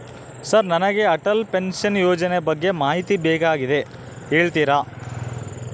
Sir ನನಗೆ Atal pension ಯೋಜನೆ ಬಗ್ಗೆ ಮಾಹಿತಿ ಬೇಕಾಗ್ಯದ ಹೇಳ್ತೇರಾ?